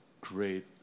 great